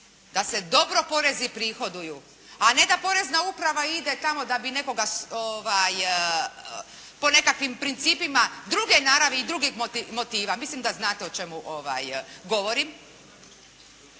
da se dobro porezi prihoduju, a ne da porezna uprava ide tamo da bi nekoga po nekakvim principima druge naravi i drugih motiva. Mislim da znate o čemu govorim.